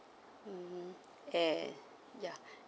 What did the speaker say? mm and ya